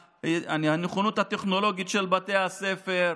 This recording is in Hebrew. המוכנות הטכנולוגית של בתי הספר,